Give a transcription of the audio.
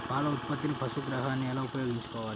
పాల ఉత్పత్తికి పశుగ్రాసాన్ని ఎలా ఉపయోగించాలి?